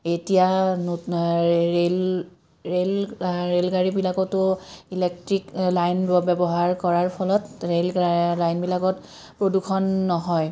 এতিয়া ন rail rail ৰে'লগাড়ীবিলাকতো ইলেক্ট্ৰিক লাইন ব্যৱহাৰ কৰাৰ ফলত ৰে'ল লাইনবিলাকত প্ৰদূষণ নহয়